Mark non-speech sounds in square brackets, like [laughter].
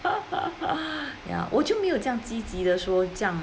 [laughs] ya 我就没有这样积极地说这样